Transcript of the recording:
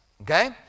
Okay